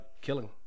killing